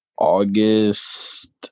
August